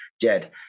Jed